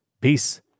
Peace